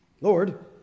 Lord